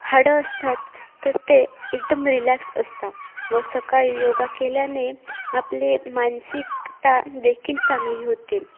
हाडं असतात तर ते एकदम रिलॅक्स असता व सकाळी योगा केल्याने आपले मानसिकता देखील चांगली होते